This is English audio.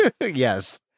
Yes